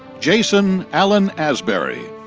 jason allen asberry.